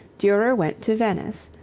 durer went to venice,